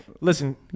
listen